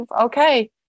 Okay